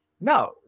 no